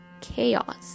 chaos